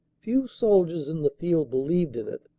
few soldiers in the field believed in it,